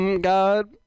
God